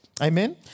Amen